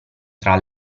tra